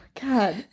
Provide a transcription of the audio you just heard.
God